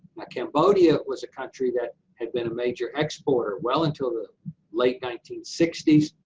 ah cambodia was a country that had been a major exporter, well until the late nineteen sixty s,